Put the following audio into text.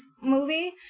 movie